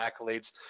accolades